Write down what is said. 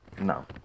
No